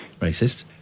racist